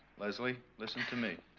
leslie listen to me.